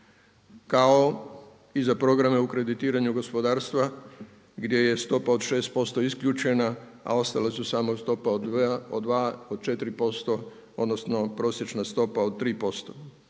kao i za programe u kreditiranju gospodarstva gdje je stopa od 6% isključena a ostale su samo stopa od 2, od 4% odnosno prosječna stopa od 3%.